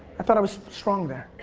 i thought i was strong there.